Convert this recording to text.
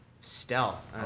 Stealth